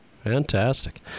Fantastic